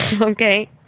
Okay